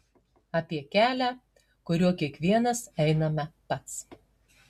apie kelią kuriuo kiekvienas einame pats